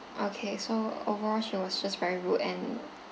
okay so overall she was just very rude and